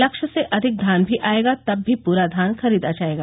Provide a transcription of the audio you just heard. लक्ष्य से अधिक धान भी आएगा तब भी पूरा धान खरीदा जाएगा